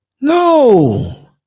No